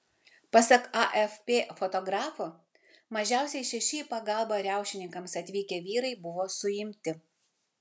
pasak afp fotografo mažiausiai šeši į pagalbą riaušininkams atvykę vyrai buvo suimti